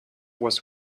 was